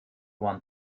one